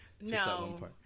no